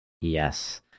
Yes